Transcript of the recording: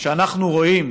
כשאנחנו רואים